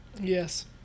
Yes